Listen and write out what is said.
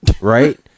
right